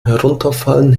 herunterfallen